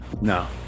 No